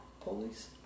police